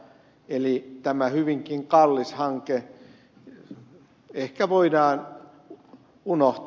eli tämä hyvinkin kallis hanke ehkä voidaan unohtaa